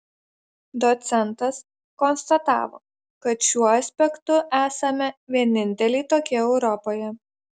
docentas konstatavo kad šiuo aspektu esame vieninteliai tokie europoje